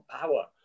power